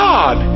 God